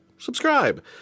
subscribe